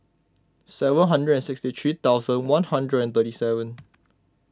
seven hundred and sixty three thousand one hundred and thirty seven